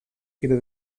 quiere